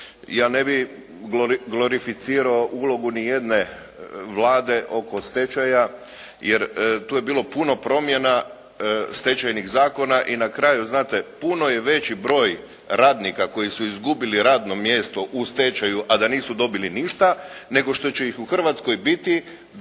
Ja ne bih glorificirao ulogu ni jedne Vlade oko stečaja jer tu je bilo puno promjena stečajnih zakona i na kraju znate, puno je veći broj radnika koji su izgubili radno mjesto u stečaju a da nisu dobili ništa nego što će ih u Hrvatskoj biti